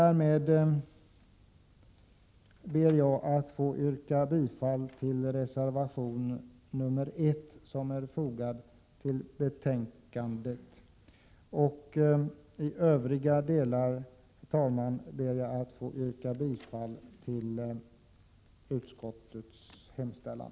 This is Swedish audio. Därmed ber jag att få yrka bifall till reservation I som är fogad till betänkandet. I övriga delar ber jag att få yrka bifall till utskottets hemställan.